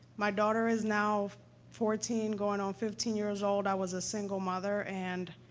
my daughter is now fourteen, going on fifteen years old. i was a single mother, and